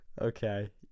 Okay